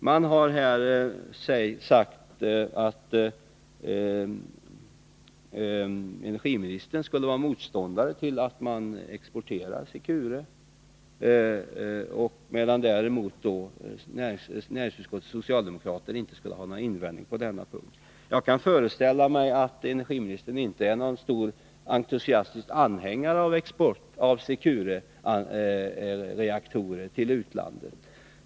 Man har här sagt att energiministern skulle vara motståndare till en export av Secure, medan däremot näringsutskottets socialdemokratiska ledamöter inte skulle göra någon invändning på denna punkt. Jag kan föreställa mig att energiministern inte är någon entusiastisk anhängare av export av Secure-reaktorer.